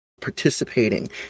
participating